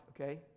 okay